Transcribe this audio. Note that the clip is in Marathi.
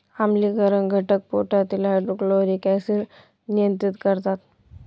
आम्लीकरण घटक पोटातील हायड्रोक्लोरिक ऍसिड नियंत्रित करतात